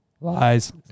Lies